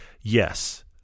yes